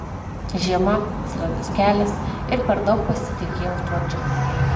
žiema slidus kelias ir per daug pasitikėjau tuo džipu